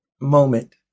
moment